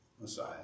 Messiah